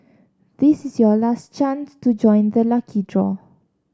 this is your last chance to join the lucky draw